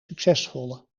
succesvolle